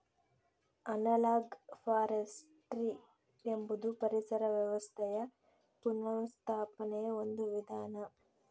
analogue forestry ಎಂಬುದು ಪರಿಸರ ವ್ಯವಸ್ಥೆಯ ಪುನಃಸ್ಥಾಪನೆಯ ಒಂದು ವಿಧಾನ